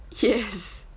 yes